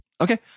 Okay